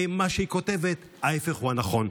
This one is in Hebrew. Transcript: מה שהיא כותבת, ההפך הוא הנכון.